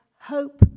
hope